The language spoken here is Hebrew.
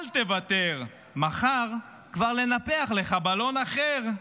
אל תוותר, מחר כבר ננפח לך בלון אחר.